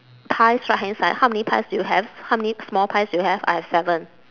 pies right hand side how many pies do you have how many small pies do you have I have seven